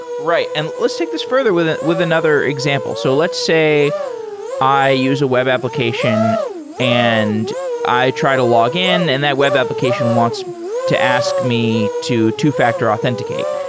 right. and let's take this further with with another example. so let's say i use a web application and i try to log in and that web application wants to ask me to two-factor authenticate.